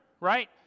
right